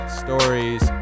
stories